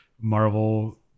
marvel